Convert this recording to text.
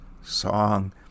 song